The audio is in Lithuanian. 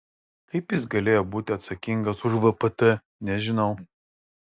kaip jis galėjo būti atsakingas už vpt nežinau